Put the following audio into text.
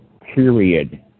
period